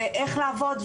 איך לעבוד,